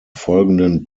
folgenden